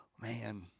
Man